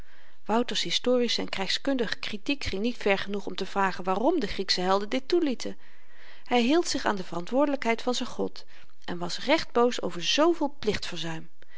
wouter's historische en krygskundige kritiek ging niet ver genoeg om te vragen waarom de grieksche helden dit toelieten hy hield zich aan de verantwoordelykheid van z'n god en was recht boos over zooveel